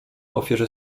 ofierze